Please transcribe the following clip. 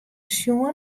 besjoen